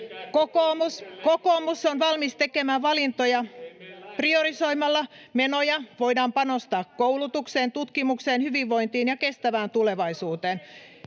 — Pia Viitasen välihuuto] Priorisoimalla menoja voidaan panostaa koulutukseen, tutkimukseen, hyvinvointiin ja kestävään tulevaisuuteen.